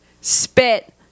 spit